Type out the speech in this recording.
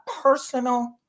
personal